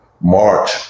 march